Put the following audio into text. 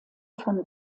von